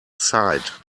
side